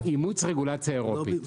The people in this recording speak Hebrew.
אימוץ רגולציה אירופית.